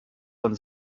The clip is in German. von